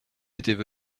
étaient